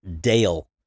dale